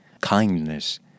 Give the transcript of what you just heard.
kindness